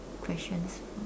questions